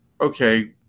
okay